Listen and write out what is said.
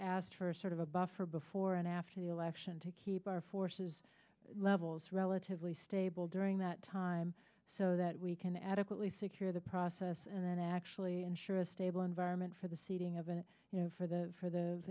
asked for sort of a buffer before and after the election to keep our forces levels relatively stable during that time so that we can adequately secure the process and then actually ensure a stable environment for the ceding of it you know for the for the